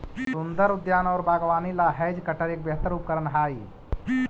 सुन्दर उद्यान और बागवानी ला हैज कटर एक बेहतर उपकरण हाई